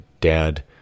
dad